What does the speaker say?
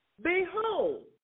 Behold